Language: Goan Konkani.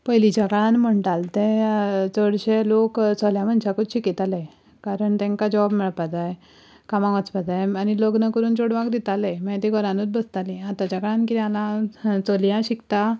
पयलींच्या काळान म्हणटाले ते चडशे लोक चल्या मनशाकूच शिकयताले कारण तांकां जॉब मेळपा जाय कामा वचपा जाय आनी लग्न करून चेडवांक दिताले मागीर तीं घरांनूच बसतालीं आतांच्या काळान किदें जालां चलयां शिकता